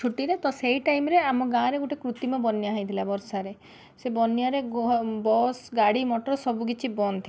ଛୁଟିରେ ତ ସେଇ ଟାଇମ୍ରେ ଆମ ଗାଁରେ ଗୋଟେ କୃତିମ ବନ୍ୟା ହେଇଥିଲା ବର୍ଷାରେ ସେ ବନ୍ୟାରେ ବସ୍ ଗାଡ଼ି ମଟର ସବୁ କିଛି ବନ୍ଦ ଥିଲା